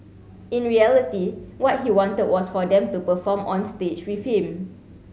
in reality what he wanted was for them to perform on stage with him